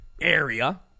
area